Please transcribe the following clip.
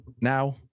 Now